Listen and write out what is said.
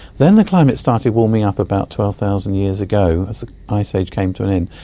then the climate started warming up about twelve thousand years ago as the ice age came to an end,